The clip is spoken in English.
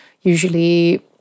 usually